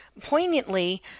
poignantly